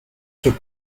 took